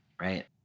Right